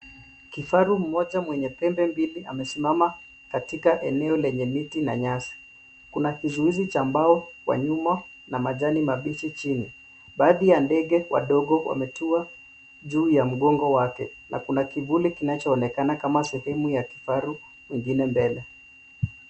Kifaru mmoja mwenye pembe mbili amesimama katika eneo lenye miti na nyasi. Kuna kizuizi cha mbao kwa nyuma, na majani mabichi chini. Baadhi ya ndege wadogo wametua juu ya mgongo wake, na kuna kivuli kinachoonekana kama sehemu ya kifaru mwingine mbele.